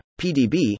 PDB